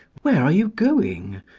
where are you going?